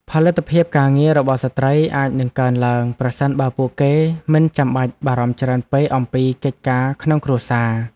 ផលិតភាពការងាររបស់ស្ត្រីអាចនឹងកើនឡើងប្រសិនបើពួកគេមិនចាំបាច់បារម្ភច្រើនពេកអំពីកិច្ចការក្នុងគ្រួសារ។